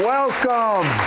Welcome